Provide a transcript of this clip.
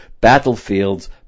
battlefields